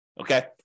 Okay